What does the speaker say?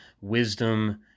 wisdom